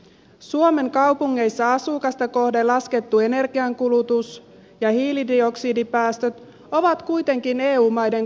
suomen kaupungeissa asukasta kohden laskettu energiankulutus ja hiilidioksidipäästöt ovat kuitenkin eu maiden korkeimpia